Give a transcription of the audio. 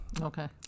Okay